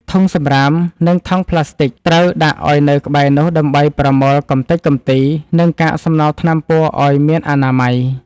ធុងសម្រាម និងថង់ប្លាស្ទិក ត្រូវដាក់ឱ្យនៅក្បែរនោះ ដើម្បីប្រមូលកម្ទេចកម្ទី និងកាកសំណល់ថ្នាំពណ៌ឱ្យមានអនាម័យ។